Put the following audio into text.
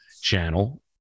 channel